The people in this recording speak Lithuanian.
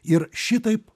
ir šitaip